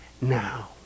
now